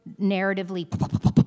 narratively